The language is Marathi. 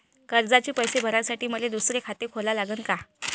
कर्जाचे पैसे भरासाठी मले दुसरे खाते खोला लागन का?